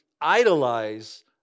idolize